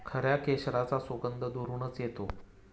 खऱ्या केशराचा सुगंध दुरूनच येतो